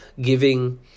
giving